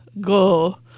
Go